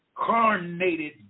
incarnated